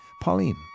Pauline